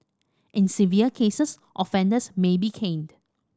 in severe cases offenders may be caned